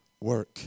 work